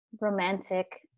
romantic